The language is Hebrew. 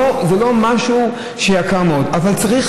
זה לא משהו יקר מאוד, אבל זה,